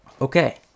Okay